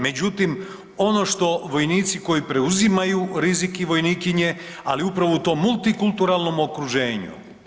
Međutim, ono što vojnici koji preuzimaju rizik i vojnikinje ali upravo u tom multikulturalnom okruženju.